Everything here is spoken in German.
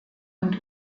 und